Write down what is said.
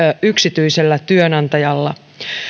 yksityisellä työnantajalla